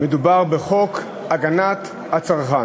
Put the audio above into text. מדובר בחוק הגנת הצרכן.